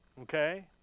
Okay